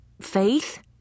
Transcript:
Faith